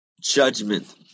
Judgment